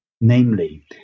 namely